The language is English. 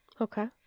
Okay